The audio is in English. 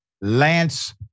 Lance